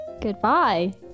goodbye